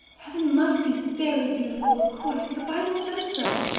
heaven must be very beautiful, of course, the bible says so